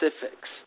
specifics